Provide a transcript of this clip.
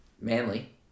Manly